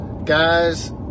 guys